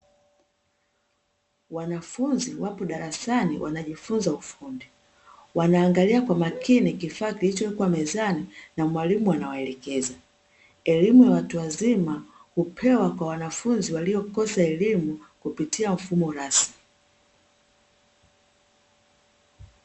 Wanafunzi wapo darasani wanajifunza ufundi. Wanaangalia kwa makini kifaa kilichowekwa mezani na mwalimu anawaelekeza. Elimu ya watu wazima hupewa kwa wanafunzi waliokosa elimu kupitia mfumo rasmi.